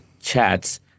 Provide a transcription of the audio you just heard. chats